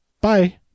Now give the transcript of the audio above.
Bye